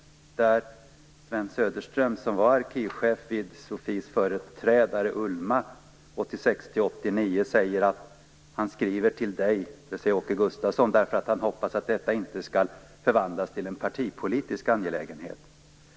Sven Söderström, som var arkivchef vid SOFI:s företrädare ULMA 1986-1989 skriver att han hoppas att ärendet inte skall förvandlas till en partipolitisk angelägenhet.